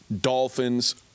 Dolphins